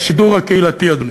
השידור הקהילתי, אדוני.